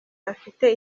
hafite